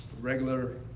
regular